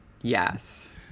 Yes